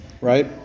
right